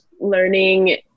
learning